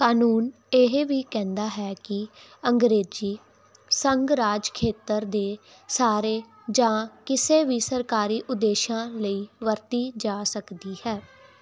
ਕਾਨੂੰਨ ਇਹ ਵੀ ਕਹਿੰਦਾ ਹੈ ਕਿ ਅੰਗਰੇਜ਼ੀ ਸੰਘ ਰਾਜ ਖੇਤਰ ਦੇ ਸਾਰੇ ਜਾਂ ਕਿਸੇ ਵੀ ਸਰਕਾਰੀ ਉਦੇਸ਼ਾਂ ਲਈ ਵਰਤੀ ਜਾ ਸਕਦੀ ਹੈ